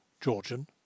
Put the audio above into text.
Georgian